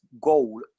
goal